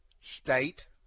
State